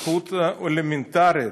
זכות אלמנטרית,